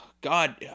God